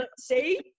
see